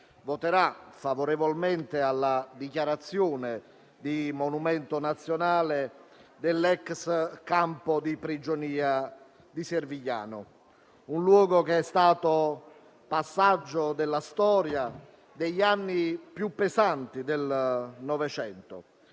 voto favorevole alla dichiarazione di monumento nazionale dell'ex campo di prigionia di Servigliano, un luogo che è stato passaggio della storia, degli anni più pesanti del Novecento.